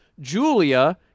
Julia